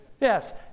Yes